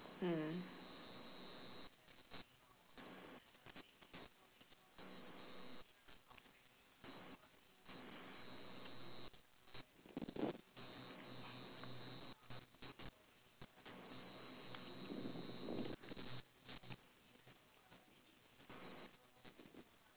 mm